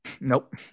Nope